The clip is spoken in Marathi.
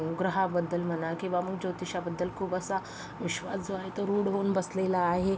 ग्रहाबद्दल म्हणा किंवा मग जोतिषाबद्दल खूप असा विश्वास जो आहे तो रूढ होऊन बसलेला आहे